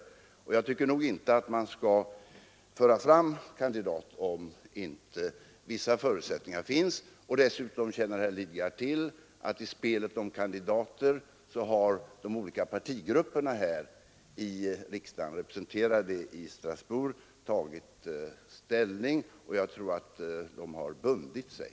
Jag tycker inte att man skall föra fram en kandidat om inte vissa förutsättningar finns. Dessutom känner herr Lidgard till att i spelet om kandidater har de olika partigrupperna här i riksdagen som är representerade i Strasbourg tagit ställning, och jag tror att de också har bundit sig.